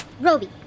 Roby